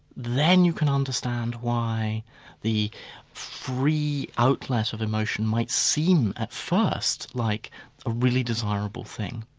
then you can understand why the free outlet of emotion might seem at first like a really desirable thing.